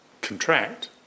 contract